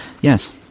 yes